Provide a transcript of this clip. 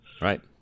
Right